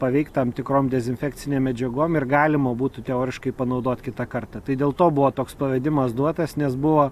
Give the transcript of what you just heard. paveikt tam tikrom dezinfekcinėm medžiagom ir galima būtų teoriškai panaudot kitą kartą tai dėl to buvo toks pavedimas duotas nes buvo